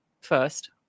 first